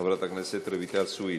חברת הכנסת רויטל סויד,